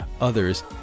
others